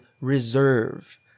reserve